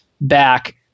back